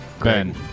Ben